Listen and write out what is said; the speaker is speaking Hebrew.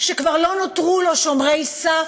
שכבר לא נותרו לו שומרי סף,